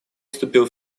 вступил